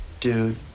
dude